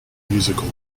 musical